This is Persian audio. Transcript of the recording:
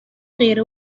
غیر